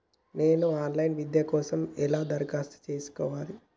నేను online విద్య కోసం ఎలా దరఖాస్తు చేసుకోవాలి?